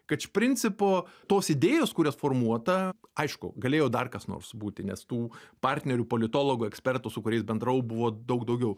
kad iš principo tos idėjos kurias formuota aišku galėjo dar kas nors būti nes tų partnerių politologų ekspertų su kuriais bendravau buvo daug daugiau